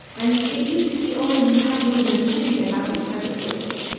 and it used to be only you had to live in a city to have these kinds of choices,